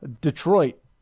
Detroit